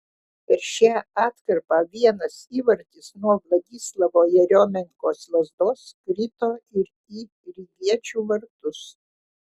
per šią atkarpą vienas įvartis nuo vladislavo jeriomenkos lazdos krito ir į rygiečių vartus